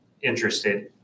interested